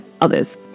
others